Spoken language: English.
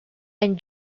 and